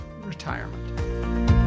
retirement